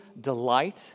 delight